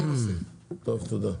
תודה.